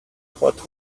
hot